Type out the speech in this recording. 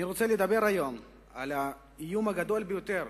אני רוצה לדבר היום על האיום הגדול ביותר